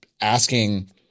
asking